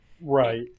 Right